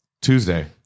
Tuesday